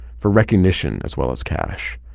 for recognition, as well as cash,